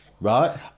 right